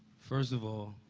first of all,